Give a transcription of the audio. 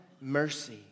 mercy